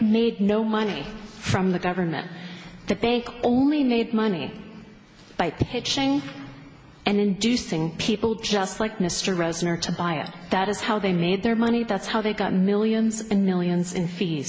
made no money from the government the bank only made money by pitching and inducing people just like mr reznor to buy it that is how they made their money that's how they got millions and millions in fees